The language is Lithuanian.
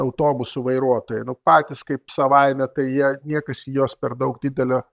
autobusų vairuotojai patys kaip savaime tai jie niekas į juos per daug didelio